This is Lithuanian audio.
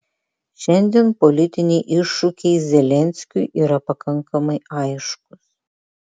šiandien politiniai iššūkiai zelenskiui yra pakankamai aiškūs